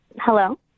Hello